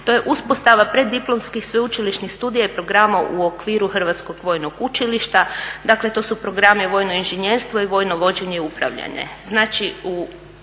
to je uspostava preddiplomskih sveučilišnih studija i programa u okviru Hrvatskog vojnog učilišta. Dakle to su programi vojno inženjerstvo i vojno vođenje i upravljanje. Znači